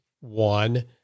one